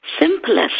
simplest